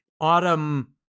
autumn